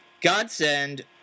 Godsend